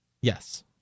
Yes